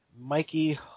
Mikey